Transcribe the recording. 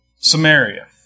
Samaria